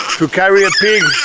to carry a pig